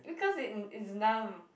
because it it's numb